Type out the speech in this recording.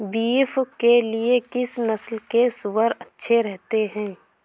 Beef के लिए किस नस्ल के सूअर अच्छे रहते हैं?